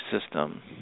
system